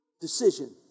decision